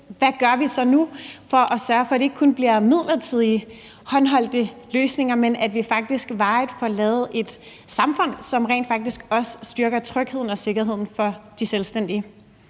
hvad vi så gør nu for at sørge for, at det ikke kun bliver midlertidige, håndholdte løsninger, men at vi faktisk varigt får lavet et samfund, som rent faktisk også styrker trygheden og sikkerheden for de selvstændige.